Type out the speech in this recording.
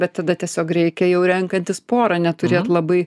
bet tada tiesiog reikia jau renkantis porą neturėt labai